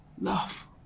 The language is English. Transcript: love